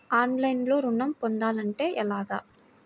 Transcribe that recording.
ఆన్లైన్లో ఋణం పొందాలంటే ఎలాగా?